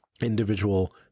individual